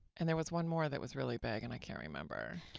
and there was one more that was really big, and i can't remember.